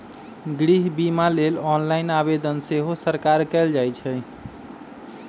गृह बिमा लेल ऑनलाइन आवेदन सेहो सकार कएल जाइ छइ